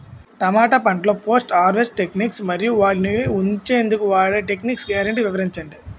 టమాటా పంటలో post harvest techniques మరియు వాటిని ఉంచెందుకు వాడే టెక్నిక్స్ గ్యారంటీ వివరించండి?